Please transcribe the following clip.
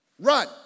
Run